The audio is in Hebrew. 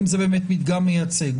אם זה באמת מדגם מייצג.